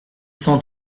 cent